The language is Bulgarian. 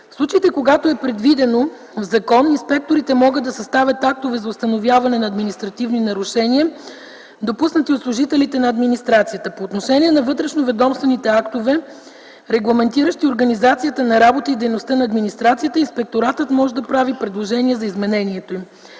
В случаите, когато е предвидено в закон, инспекторите могат да съставят актове за установяване на административни нарушения, допуснати от служителите на администрацията. По отношение на вътрешноведомствените актове, регламентиращи организацията на работата и дейността на администрацията, инспекторатът може да прави предложения за изменението им.